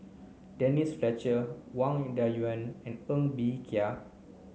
Denise Fletcher Wang Dayuan and Ng Bee Kia